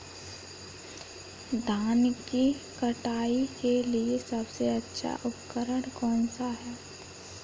धान की कटाई के लिए सबसे अच्छा उपकरण कौन सा है?